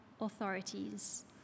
authorities